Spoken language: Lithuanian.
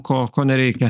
ko ko nereikia